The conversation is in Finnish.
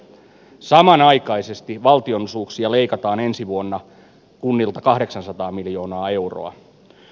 samanaikaisesti valtionosuuksia leikataan ensi vuonna kunnilta kahdeksansataa miljoonaa euroa